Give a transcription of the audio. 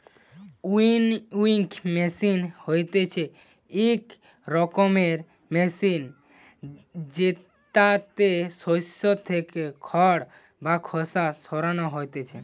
winnowing machine হতিছে ইক রকমের মেশিন জেতাতে শস্য থেকে খড় বা খোসা সরানো হতিছে